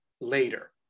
later